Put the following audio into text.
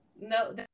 no